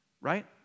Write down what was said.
right